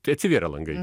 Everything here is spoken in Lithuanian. tai atsivėrė langai